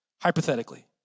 hypothetically